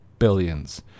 billions